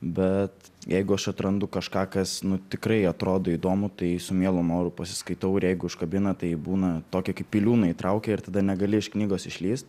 bet jeigu aš atrandu kažką kas nu tikrai atrodo įdomu tai su mielu noru pasiskaitau ir jeigu užkabina tai būna tokį kaip į liūną įtraukia ir tada negali iš knygos išlįs